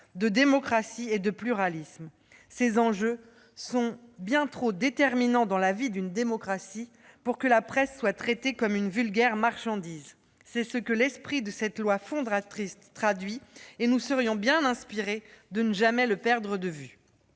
de démocratie et de pluralisme. Ces enjeux sont bien trop déterminants dans la vie d'une démocratie pour que la presse soit traitée comme une vulgaire marchandise : c'est ce que traduit l'esprit de cette loi fondatrice, et nous serions bien inspirés de ne jamais le perdre de vue.